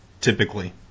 typically